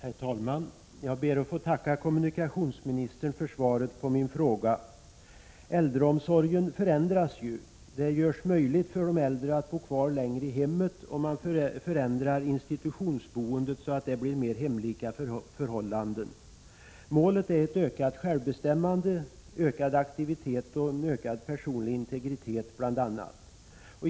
Herr talman! Jag ber att få tacka kommunikationsministern för svaret på min fråga. Äldreomsorgen förändras ju. Det görs möjligt för de äldre att bo kvar längre i sina hem, och man förändrar institutionsboendet så att det blir mer hemlika förhållanden. Målet är bl.a. ett ökat självbestämmande, ökad aktivitet och ökad personlig integritet.